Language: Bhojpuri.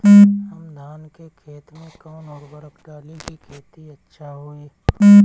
हम धान के खेत में कवन उर्वरक डाली कि खेती अच्छा होई?